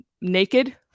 naked